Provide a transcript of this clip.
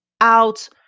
out